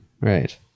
right